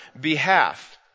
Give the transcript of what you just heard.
behalf